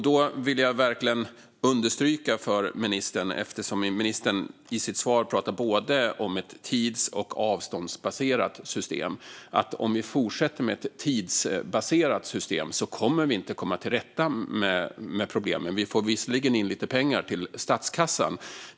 Då vill jag verkligen understryka för ministern, eftersom ministern i sitt svar pratar både om ett tidsbaserat och om ett avståndsbaserat system, att om vi fortsätter med ett tidsbaserat system kommer vi inte att komma till rätta med problemen. Då får vi visserligen in lite pengar till statskassan.